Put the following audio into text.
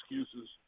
excuses